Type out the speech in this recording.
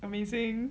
amazing